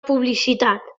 publicitat